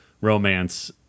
romance